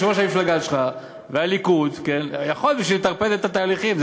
יושב-ראש המפלגה שלך והליכוד יכול להיות שבשביל לטרפד את התהליכים,